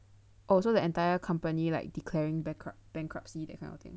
oh so the entire company like declaring backrup~ bankruptcy that kind of thing